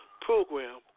program